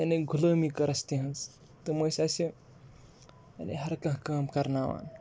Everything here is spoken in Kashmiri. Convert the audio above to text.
یعنی غلٲمی کٔر اَسہِ تِہٕنٛز تِم ٲسۍ اَسہِ یعنی ہرکانٛہہ کٲم کَرناوان